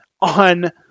on